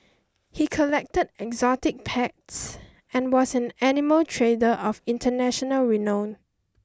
he collected exotic packs and was an animal trader of international renown